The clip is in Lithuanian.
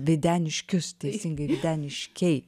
videniškius teisingai videniškiai